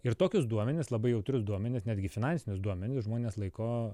ir tokius duomenis labai jautrius duomenis netgi finansinius duomenis žmonės laiko